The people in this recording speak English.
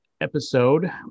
episode